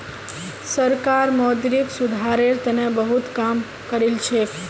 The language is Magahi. सरकार मौद्रिक सुधारेर तने बहुत काम करिलछेक